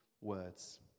words